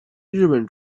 日本